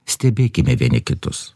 stebėkime vieni kitus